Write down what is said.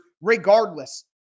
regardless